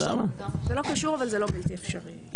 זה לא קשור אבל זה לא בלתי אפשרי.